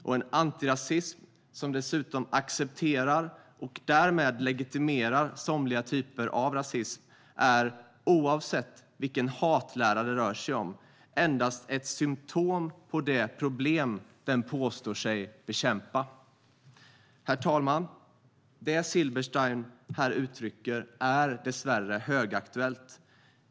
Och en antirasism som dessutom accepterar och därmed legitimerar somliga typer av rasism är, oavsett vilken hatlära det rör sig om, endast ett symptom på det problem den påstår sig bekämpa." Herr talman! Det Silberstein här uttrycker är dessvärre högaktuellt.